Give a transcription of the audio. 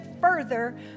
further